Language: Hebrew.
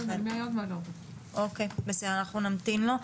אנחנו נמתין לו.